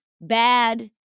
bad